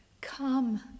come